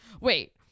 wait